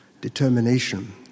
determination